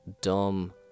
dumb